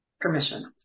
permission